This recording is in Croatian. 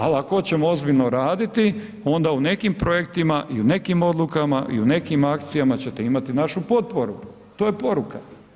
Ali ako hoćemo ozbiljno raditi, onda u nekim projektima i u nekim odlukama i u nekim akcijama ćete imati našu potporu to je poruka.